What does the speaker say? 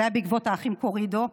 זה היה בעקבות האחים קורידו.